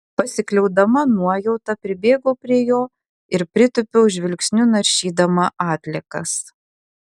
pasikliaudama nuojauta pribėgau prie jo ir pritūpiau žvilgsniu naršydama atliekas